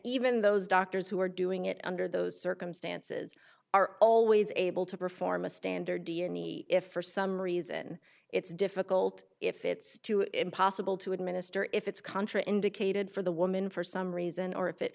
even those doctors who are doing it under those circumstances are always able to perform a standard d n a if for some reason it's difficult if it's too impossible to administer if it's contra indicated for the woman for some reason or if it